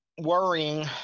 worrying